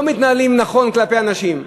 לא מתנהלים נכון כלפי הנשים.